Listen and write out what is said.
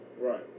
Right